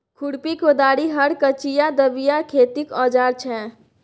खुरपी, कोदारि, हर, कचिआ, दबिया खेतीक औजार छै